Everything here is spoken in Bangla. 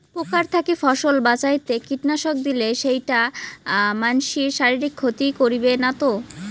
পোকার থাকি ফসল বাঁচাইতে কীটনাশক দিলে সেইটা মানসির শারীরিক ক্ষতি করিবে না তো?